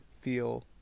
feel